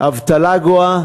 אבטלה גואה